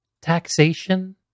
taxation